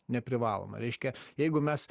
neprivaloma reiškia jeigu mes